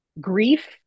grief